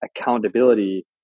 accountability